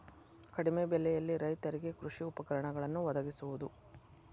ಕಡಿಮೆ ಬೆಲೆಯಲ್ಲಿ ರೈತರಿಗೆ ಕೃಷಿ ಉಪಕರಣಗಳನ್ನು ವದಗಿಸುವದು